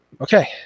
Okay